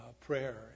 prayer